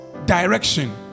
direction